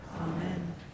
Amen